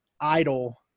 idle